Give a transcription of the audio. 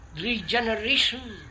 regeneration